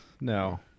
no